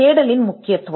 தேடலின் முக்கியத்துவம்